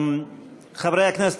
חברי הכנסת,